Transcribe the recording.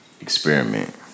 experiment